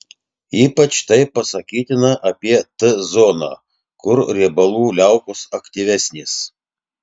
ypač tai pasakytina apie t zoną kur riebalų liaukos aktyvesnės